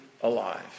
alive